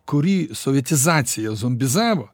kurį sovietizacija zombizavo